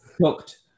cooked